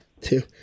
two